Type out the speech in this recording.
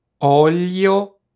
Olio